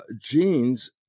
genes